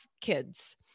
kids